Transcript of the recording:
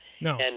No